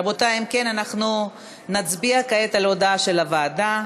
רבותי, אם כן, אנחנו נצביע כעת על הודעת הוועדה.